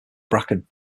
bracken